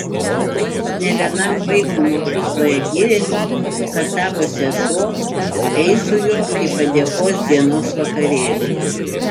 polis ne vienam vaikui mokykloje gyrėsi kad tavo sesuo eis su juo į padėkos dienos vakarėlį